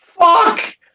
Fuck